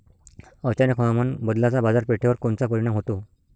अचानक हवामान बदलाचा बाजारपेठेवर कोनचा परिणाम होतो?